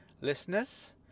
listeners